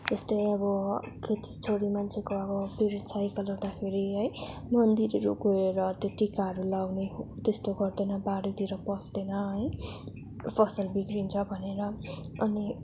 यस्तै अब केटी छोरी मान्छेको अब पिरियड साइकल हुँदाखेरि है मन्दिरहरू गएर त्यो टिकाहरू लगाउने त्यस्तो गर्दैन बारीहरूतिर पस्दैन है फसल बिग्रिन्छ भनेर अनि